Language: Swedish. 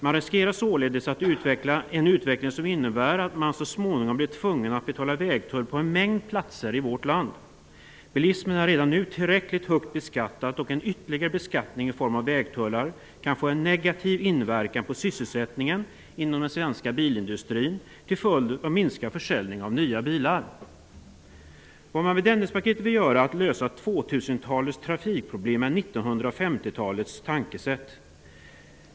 Man riskerar en utveckling som innebär att man så småningom blir tvungen att betala vägtull på en mängd platser i vårt land. Bilismen är redan nu tillräckligt högt beskattad. En ytterligare beskattning i form av vägtullar kan få en negativ inverkan på sysselsättningen inom den svenska bilindustrin till följd av minskad försäljning av nya bilar. Med Dennispaketet vill man lösa 2000-talets trafikproblem med 1950-talets tankesätt.